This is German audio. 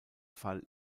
fall